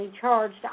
charged